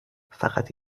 فقط